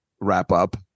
wrap-up